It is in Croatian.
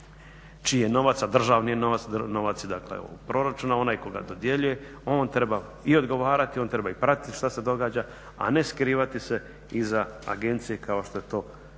je novac, a državni je novac, novac je dakle iz proračuna, onaj tko ga dodjeljuje on treba i odgovarati, on treba i pratiti što se događa, a ne skrivati se iza agencije kao što je to